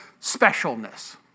specialness